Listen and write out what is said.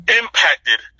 impacted